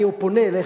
אני פונה אליך,